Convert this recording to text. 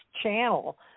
channel